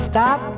Stop